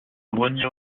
grenier